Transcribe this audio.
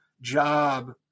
job